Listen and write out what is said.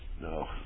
No